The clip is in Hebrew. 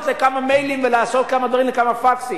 על כמה מיילים ולעשות כמה דברים ולשלוח כמה פקסים.